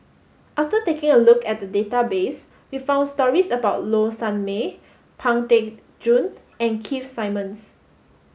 after taking a look at the database we found stories about Low Sanmay Pang Teck Joon and Keith Simmons